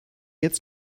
jetzt